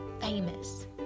famous